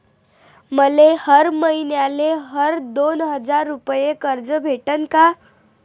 मले हर मईन्याले हर दोन हजार रुपये कर्ज भेटन का?